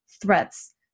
threats